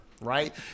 right